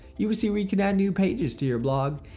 you will see where you can add new pages to your blog.